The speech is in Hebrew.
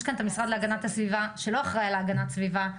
יש כאן את המשרד להגנת הסביבה שלא אחראי על הגנת הסביבה,